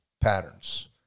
patterns